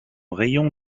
rayon